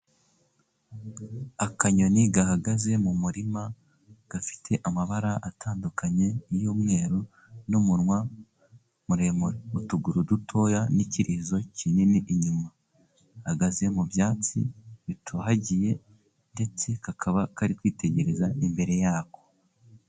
Akanyoni gahagaze mu murima, gafite amabara atandukanye y'umweru, n'umunwa muremure. Utuguru dutoya, n'ikiririzo kinini, gahagaze mu byatsi bitohagiye, ndetse kakaba kari kwitegereza imbere yako.